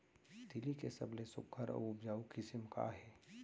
तिलि के सबले सुघ्घर अऊ उपजाऊ किसिम का हे?